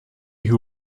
who